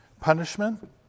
Punishment